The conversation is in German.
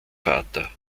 vater